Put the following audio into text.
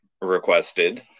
requested